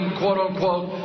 quote-unquote